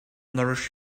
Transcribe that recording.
nourish